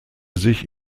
sich